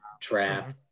Trap